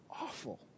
awful